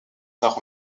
tard